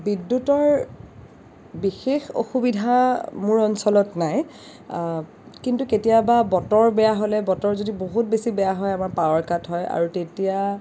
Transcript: বিদ্যুতৰ বিশেষ অসুবিধা মোৰ অঞ্চলত নাই কিন্তু কেতিয়াবা বতৰ বেয়া হ'লে বতৰ যদি বহুত বেছি বেয়া হয় আমাৰ পাৱাৰ কাট হয় আৰু তেতিয়া